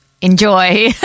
Enjoy